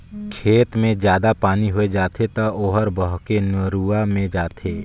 खेत मे जादा पानी होय जाथे त ओहर बहके नरूवा मे जाथे